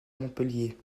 montpellier